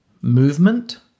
movement